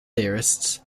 theorists